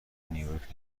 نیویورک